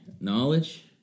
knowledge